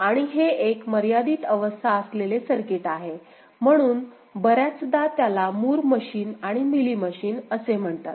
आणि हे एक मर्यादित अवस्था असलेले सर्किट आहे म्हणून बर्याचदा त्याला मूर मशीन आणि मिली मशीन असे म्हणतात